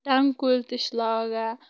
ٹنٛگ کُلۍ تہِ چھِ لاگان